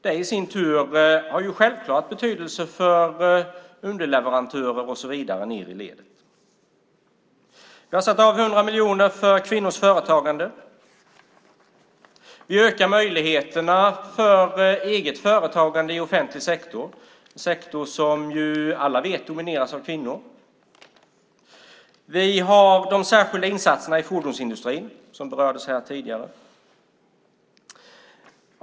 Det har självklart betydelse för underleverantörer och så vidare. Vi har satt av 100 miljoner för kvinnors företagande. Vi ökar möjligheterna för eget företagande i offentlig sektor, en sektor som ju, som alla vet, domineras av kvinnor. Vi har de särskilda insatserna i fordonsindustrin, som berördes här tidigare.